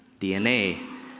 DNA